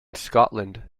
scotland